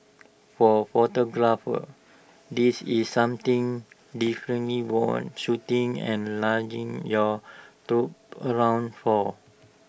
for photographers this is something definitely worth shooting and lugging your troop around for